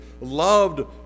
loved